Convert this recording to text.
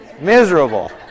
Miserable